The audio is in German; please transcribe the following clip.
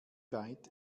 weit